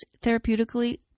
therapeutically